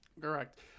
Correct